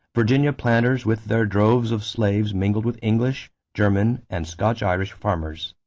virginia planters with their droves of slaves mingled with english, german, and scotch-irish farmers.